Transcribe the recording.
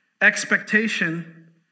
Expectation